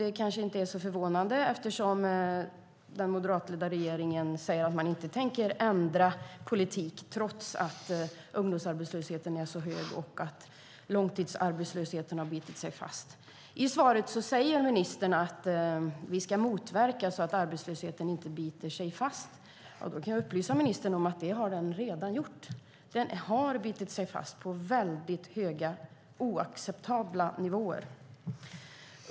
Det kanske inte är så förvånande, eftersom den moderatledda regeringen säger att den inte tänker ändra sin politik trots att ungdomsarbetslösheten är så hög och långtidsarbetslösheten har bitit sig fast. I svaret säger ministern: Vi ska motverka att arbetslösheten inte biter sig fast. Jag kan upplysa ministern om att den redan har gjort det. Den har bitit sig fast på väldigt höga - oacceptabla - nivåer.